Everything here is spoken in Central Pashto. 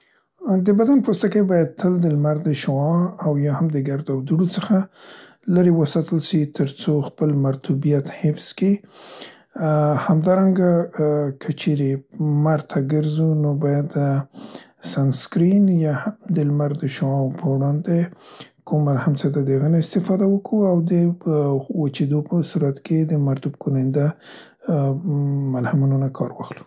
د بدن پوستکی باید تل د لمر د شاع او یاهم ګرد او دوړو څخه لیرې وساتل سي تر څو خپل مرطوبیت حفظ کي، ا، ه همدارنګه که چیرې مر ته ګرځو نو باید د سنسکرین یا ه د لمر د شاعو په وړاندې کوم ملهم څې ده د هغې نه استفاده وکو او د وچیدو په صورت کې د مرطوب کننده مم ملهمونونه کار واخلو.